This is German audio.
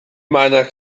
meiner